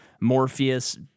Morpheus